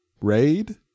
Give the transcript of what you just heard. raid